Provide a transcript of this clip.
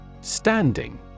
Standing